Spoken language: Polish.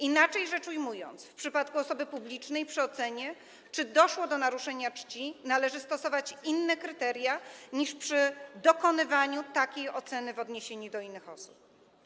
Inaczej rzecz ujmując, w przypadku osoby publicznej przy ocenie, czy doszło do naruszenia czci, należy stosować inne kryteria niż przy dokonywaniu takiej oceny w odniesieniu do innych osób.